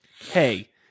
Hey